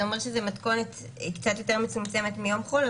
זה אומר מתכונת קצת יותר מצומצמת מיום חול,